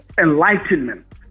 enlightenment